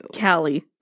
Callie